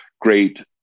great